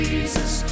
Jesus